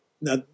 Now